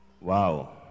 Wow